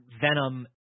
Venom